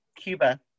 Cuba